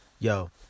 Yo